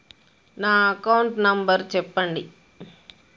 నా account number చెప్పండి?